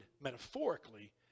metaphorically